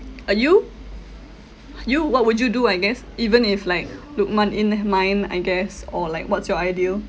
uh you you what would you do I guess even if like lukman in mind I guess or like what's your ideal